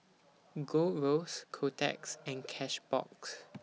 Gold Roast Kotex and Cashbox